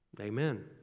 Amen